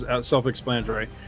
self-explanatory